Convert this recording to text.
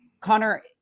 Connor